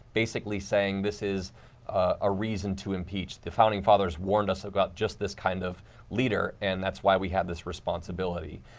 basically saying, this is a reason to impeach. the font founding fathers warned us about just this kind of leader, and that's why we have this responsibility.